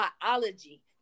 biology